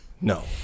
no